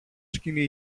σκοινί